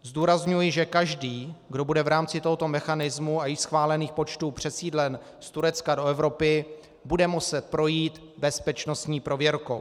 Zdůrazňuji, že každý, kdo bude v rámci tohoto mechanismu a schválených počtů přesídlen z Turecka do Evropy, bude muset projít bezpečnostní prověrkou.